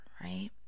right